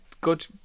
good